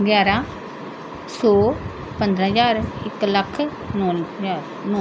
ਗਿਆਰਾਂ ਸੌ ਪੰਦਰਾਂ ਹਜ਼ਾਰ ਇੱਕ ਲੱਖ ਨੌ ਹਜ਼ਾਰ ਨੌ